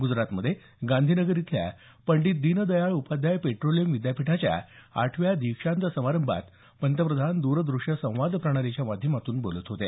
ग्जरातमध्ये गांधीनगर इथल्या पंडित दीनदयाळ उपाध्याय पेट्रोलियम विद्यापीठाच्या आठव्या दीक्षांत समारंभात पंतप्रधान द्रदृश्य संवाद प्रणालीच्या माध्यमातून बोलत होते